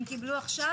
הם קיבלו עכשיו,